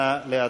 נא להצביע.